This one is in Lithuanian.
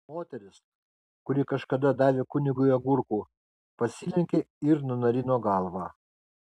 moteris kuri kažkada davė kunigui agurkų pasilenkė ir nunarino galvą